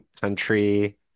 country